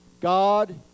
God